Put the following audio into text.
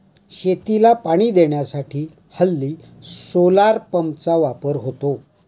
शेतीला पाणी देण्यासाठी हल्ली सोलार पंपचा वापर होतो